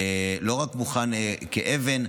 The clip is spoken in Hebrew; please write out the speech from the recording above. לא רק מוכן כאבן,